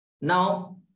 Now